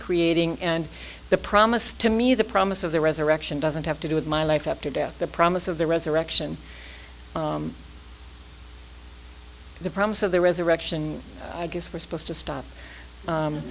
creating and the promise to me the promise of the resurrection doesn't have to do with my life after death the promise of the resurrection the promise of the resurrection i guess we're supposed to stop